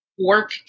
work